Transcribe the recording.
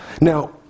Now